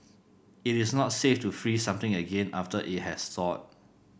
it is not safe to freeze something again after it has thawed